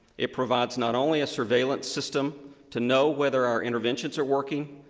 it provides not only a surveillance system to know whether our interventions are working,